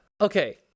okay